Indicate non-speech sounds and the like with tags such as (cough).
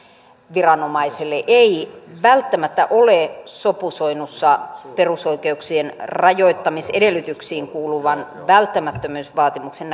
viranomaiselle ei välttämättä ole sopusoinnussa perusoikeuksien rajoittamisedellytyksiin kuuluvan välttämättömyysvaatimuksen (unintelligible)